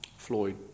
Floyd